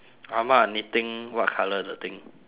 ah ma knitting what colour the thing